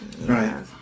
Right